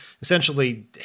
essentially